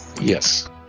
Yes